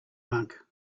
monk